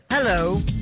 Hello